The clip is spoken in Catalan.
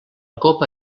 copa